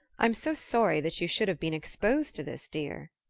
i'm so sorry that you should have been exposed to this, dear.